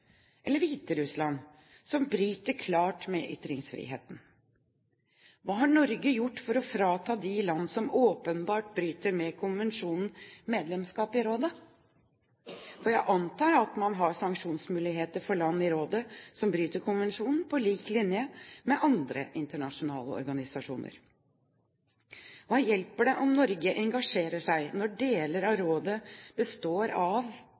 eller Hviterussland, som bryter klart med ytringsfriheten? Hva har Norge gjort for å frata de land som åpenbart bryter med konvensjonen, medlemskap i rådet? Jeg antar at man har sanksjonsmuligheter overfor land i rådet som bryter konvensjonen, på lik linje med andre internasjonale organisasjoner. Hva hjelper det om Norge engasjerer seg, når deler av rådet består av